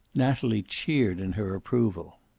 natalie cheered in her approval.